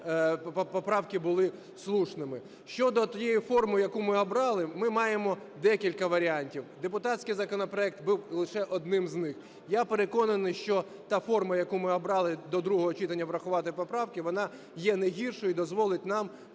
поправки були слушними. Щодо тієї форми яку ми обрали, ми маємо декілька варіантів. Депутатський законопроект був лише одним з них. Я переконаний, що та форма, яку ми обрали до другого читання врахувати поправки, вона є не гіршою і дозволить нам